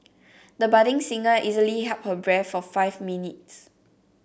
the budding singer easily held her breath for five minutes